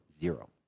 Zero